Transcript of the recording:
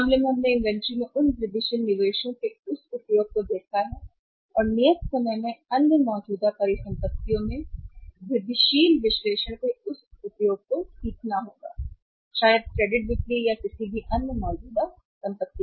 इस मामले में हमने इन्वेंट्री में उन वृद्धिशील निवेशों के इस उपयोग को देखा है और नियत समय में अन्य मौजूदा परिसंपत्तियों में वृद्धिशील विश्लेषण के इस उपयोग को सीखना होगा शायद क्रेडिट बिक्री या किसी भी अन्य मौजूदा संपत्ति